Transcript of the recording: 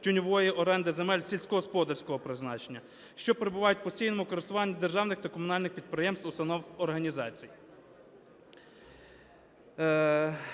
тіньової оренди земель сільськогосподарського призначення, що перебувають в постійному користуванні державних та комунальних підприємств, установ, організацій.